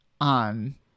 on